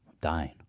Dying